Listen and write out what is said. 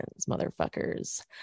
motherfuckers